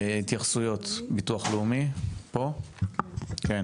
התייחסויות, ביטוח לאומי, בבקשה.